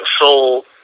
soul